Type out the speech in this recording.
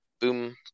boom